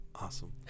Awesome